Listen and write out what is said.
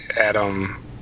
Adam